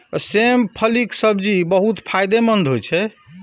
सेम फलीक सब्जी बहुत फायदेमंद होइ छै